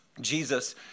Jesus